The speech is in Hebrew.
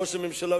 ראש הממשלה,